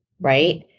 right